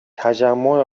تجمع